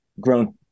grown